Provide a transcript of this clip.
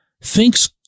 thinks